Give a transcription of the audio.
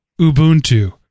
Ubuntu